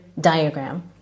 diagram